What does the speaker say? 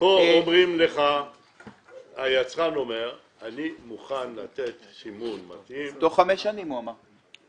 פה היצרן אומר לך אני מוכן לתת סימון מתאים --- תוך חמש שנים הוא אמר.